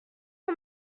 mon